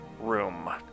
room